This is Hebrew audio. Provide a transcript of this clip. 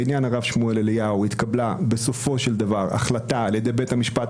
בעניין הרב שמואל אליהו התקבלה בסופו של דבר החלטה על ידי בית המשפט,